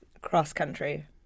cross-country